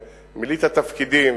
ומילאת תפקידים,